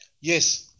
Yes